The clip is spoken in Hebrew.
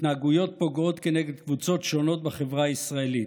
התנהגויות פוגעות כנגד קבוצות שונות בחברה הישראלית,